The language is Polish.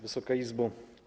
Wysoka Izbo!